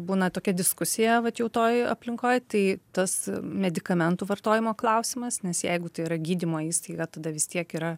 būna tokia diskusija vat jau toj aplinkoj tai tas medikamentų vartojimo klausimas nes jeigu tai yra gydymo įstaiga tada vis tiek yra